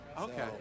Okay